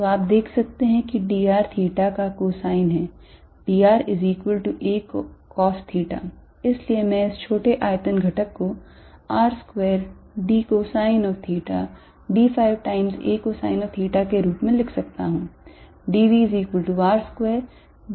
तो आप देख सकते हैं कि dr theta का cosine है dracosθ इसलिए मैं इस छोटे आयतन घटक को R square d cosine of theta d phi times a cosine of theta के रूप में लिख सकता हूं